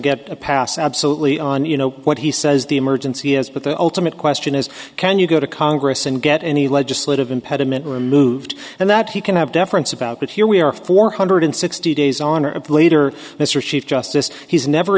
get a pass absolutely on you know what he says the emergency has but the ultimate question is can you go to congress and get any legislative impediment removed and that he can have deference about but here we are four hundred sixty days on or later mr chief justice he's never